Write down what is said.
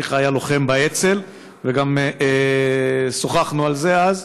אביך היה לוחם באצ"ל, וגם שוחחנו על זה אז.